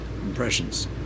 impressions